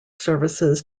services